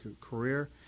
career